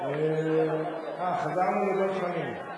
חזרנו לדב חנין.